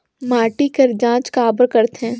माटी कर जांच काबर करथे?